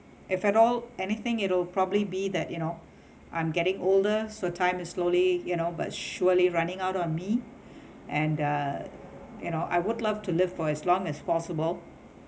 if faddle anything it'll probably be that you know I'm getting older so time is slowly you know but surely running out on me and uh you know I would love to live for as long as possible